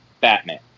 batman